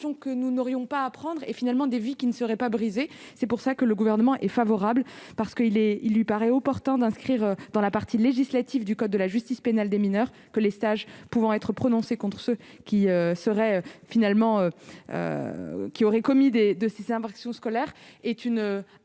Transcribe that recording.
que nous n'aurions pas apprendre et finalement des vies qui ne serait pas brisée, c'est pour ça que le gouvernement est favorable, parce qu'il est, il lui paraît opportun d'inscrire dans la partie législative du code de la justice pénale des mineurs que les stages pouvant être prononcée contre ce qui serait finalement qui aurait commis des de 6 infractions scolaire est une